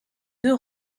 deux